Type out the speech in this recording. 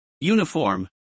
Uniform